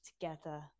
together